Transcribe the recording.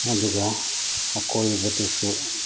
ꯑꯗꯨꯒ ꯑꯀꯣꯏꯕꯗꯨꯁꯨ